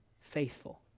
faithful